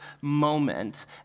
moment